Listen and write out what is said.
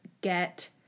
get